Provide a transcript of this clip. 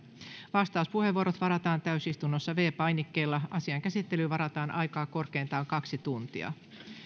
vastauspuheenvuorot varataan täysistunnossa viidennellä painikkeella asian käsittelyyn varataan aikaa korkeintaan kaksi tuntia